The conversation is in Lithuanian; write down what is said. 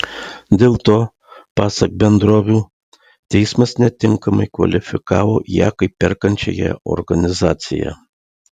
dėl to pasak bendrovių teismas netinkamai kvalifikavo ją kaip perkančiąją organizaciją